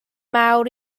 mawr